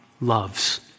loves